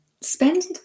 spend